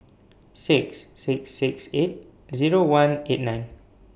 six six six eight Zero one eight nine